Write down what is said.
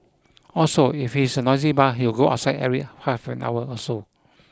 also if he is in a noisy bar he would go outside every half an hour or so